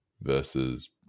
versus